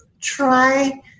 try